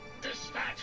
Dispatch